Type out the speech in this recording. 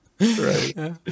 Right